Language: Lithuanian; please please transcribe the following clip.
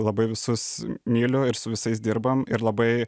labai visus myliu ir su visais dirbam ir labai